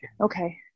okay